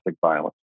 violence